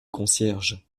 concierge